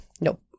Nope